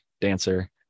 dancer